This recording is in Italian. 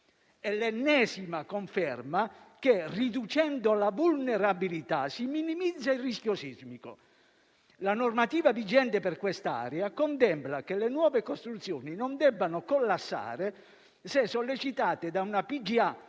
è l'ennesima conferma che, riducendo la vulnerabilità, si minimizza il rischio sismico. La normativa vigente per quest'area contempla che le nuove costruzioni non debbano collassare se sollecitate da una